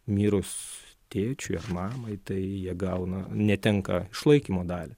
mirus tėčiui ar mamai tai jie gauna netenka išlaikymo dalį